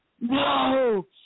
No